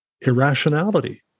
irrationality